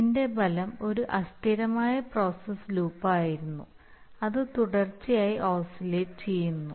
ഇതിൻറെ ഫലം ഒരു അസ്ഥിരമായ പ്രോസസ് ലൂപ്പായിരുന്നു അത് തുടർച്ചയായി ഓസിലേറ്റ് ചെയ്യുന്നു